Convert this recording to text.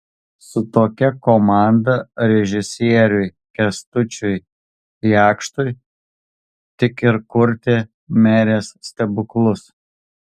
su tokia komanda režisieriui kęstučiui jakštui tik ir kurti merės stebuklus